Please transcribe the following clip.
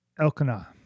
Elkanah